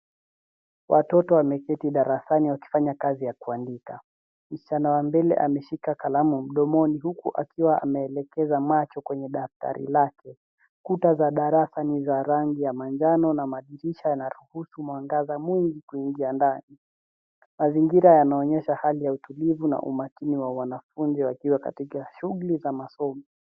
Watoto wameketi darasani wakifanya kazi ya kuandika, msichana wa mbele ameshika kalamu mdomoni, huku akiwa anaelekeza macho kwenye daftari lake. Kuta za darasa ni za rangi ya manjano, na madirisha yanaruhusu mwangaza mwingi kuingia ndani. Mazingira yanaonyesha hali ya utulivu, na umakini wa wanafunzi wakiwa katika shughuli za masomo.